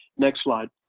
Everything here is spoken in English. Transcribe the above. next slide.